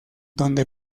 donde